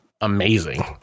amazing